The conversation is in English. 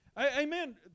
amen